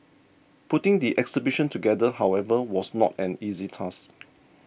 putting the exhibition together however was not an easy task